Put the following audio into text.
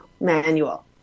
manual